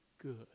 good